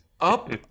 up